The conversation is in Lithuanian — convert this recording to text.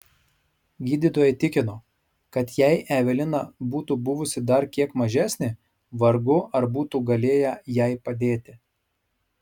gydytojai tikino kad jei evelina būtų buvusi dar kiek mažesnė vargu ar būtų galėję jai padėti